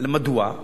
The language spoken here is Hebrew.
מדוע?